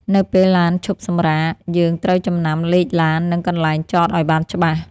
នៅពេលឡានឈប់សម្រាក យើងត្រូវចំណាំលេខឡាន និងកន្លែងចតឱ្យបានច្បាស់។